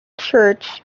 church